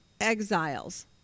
exiles